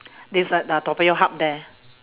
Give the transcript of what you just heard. this one uh toa payoh hub there